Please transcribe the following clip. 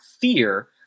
fear